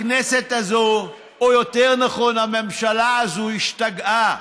הכנסת הזאת, או יותר נכון הממשלה הזאת, השתגעה.